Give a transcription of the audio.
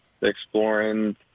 exploring